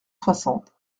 soixante